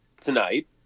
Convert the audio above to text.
tonight